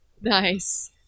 Nice